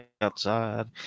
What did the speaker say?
outside